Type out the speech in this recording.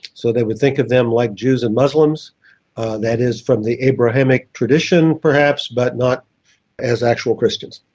so they would think of them like jews and muslims that is, from the abrahamic tradition perhaps, but not as actual christians.